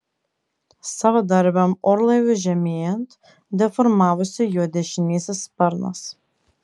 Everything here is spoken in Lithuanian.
savadarbiam orlaiviui žemėjant deformavosi jo dešinysis sparnas